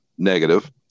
negative